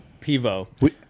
Pivo